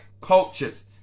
cultures